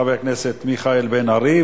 חבר הכנסת מיכאל בן-ארי,